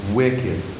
wicked